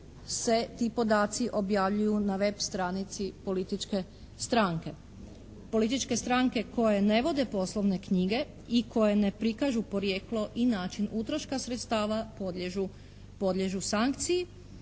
se ti podaci objavljuju na web stranici političke stranke. Političke stranke koje ne vode poslovne knjige i koje ne prikažu porijeklo i način utroška sredstava podliježu sankciji